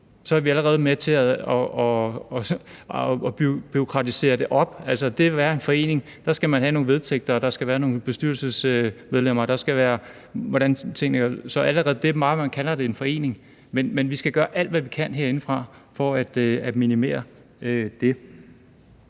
er vi allerede med til at bureaukratisere det. Altså, det at være en forening betyder, at man skal have nogle vedtægter og der skal være nogle bestyrelsesmedlemmer. Så det er allerede det, at man kalder det en forening. Men vi skal gøre alt, hvad vi kan herindefra, for at minimere det.